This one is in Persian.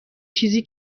چیزی